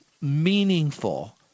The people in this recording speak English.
meaningful